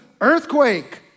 earthquake